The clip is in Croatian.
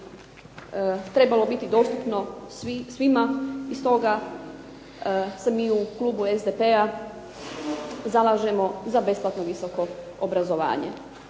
trebalo biti dostupno svima i stoga se mi u klubu SDP-a zalažemo za besplatno visoko obrazovanje.